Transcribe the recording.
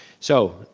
so,